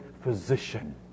physician